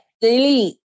delete